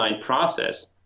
process